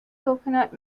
coconut